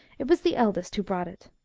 it was the eldest who brought it.